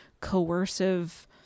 coercive